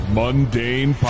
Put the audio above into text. mundane